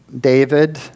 David